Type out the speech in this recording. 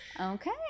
okay